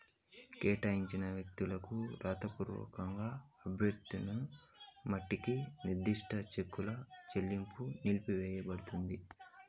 కేటాయించిన వ్యక్తికి రాతపూర్వక అభ్యర్థన మట్టికి నిర్దిష్ట చెక్కుల చెల్లింపు నిలిపివేయబడతాంది